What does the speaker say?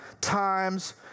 times